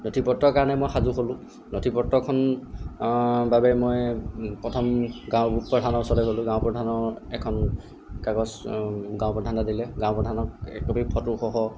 নথিপত্ৰৰ কাৰণে মই সাজু হ'লোঁ নথিপত্ৰখন বাবে মই প্ৰথম গাঁওপ্ৰধানৰ ওচৰলে গ'লোঁ গাঁওপ্ৰধানৰ এখন কাগজ গাঁওপ্ৰধানে দিলে গাঁওপ্ৰধানৰ এক কপি ফটোসহ